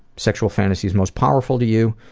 sexual fantasies most powerful to you?